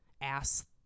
ask